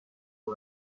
مرا